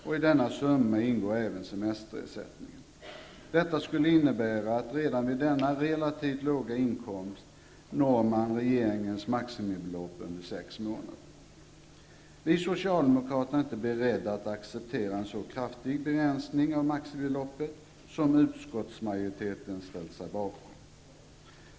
I denna summa ingår även semesterersättningen. Detta skulle innebära att man redan vid denna relativt låga inkomst når regeringens maximibelopp under sex månader. Vi socialdemokrater är inte beredda att acceptera en så kraftig begränsning av maximibeloppet som utskottsmajoriteten ställt sig bakom.